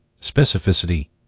specificity